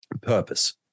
purpose